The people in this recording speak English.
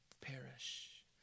perish